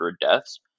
deaths